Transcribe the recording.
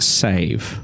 save